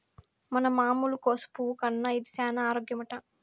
మన మామూలు కోసు పువ్వు కన్నా ఇది సేన ఆరోగ్యమట